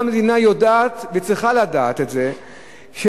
גם המדינה יודעת וצריכה לדעת שההשלכות